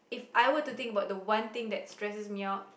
I were to think about the one thing that stresses me out